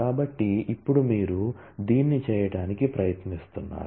కాబట్టి ఇప్పుడు మీరు దీన్ని చేయటానికి ప్రయత్నిస్తున్నారు